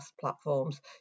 platforms